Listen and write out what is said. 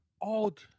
odd